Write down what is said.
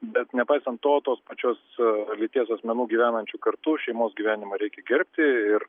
bet nepaisant to tos pačios lyties asmenų gyvenančių kartu šeimos gyvenimą reikia gerbti ir